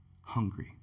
hungry